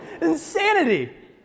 Insanity